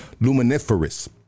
Luminiferous